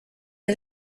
les